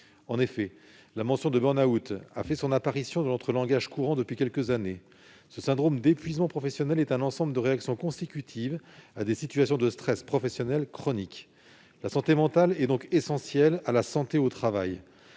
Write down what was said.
En effet, la notion de burn-out a fait son apparition dans notre langage courant depuis quelques années. Ce syndrome d'épuisement professionnel est un ensemble de réactions consécutives à des situations de stress professionnel chronique. La santé mentale, qui est essentielle à la santé au travail,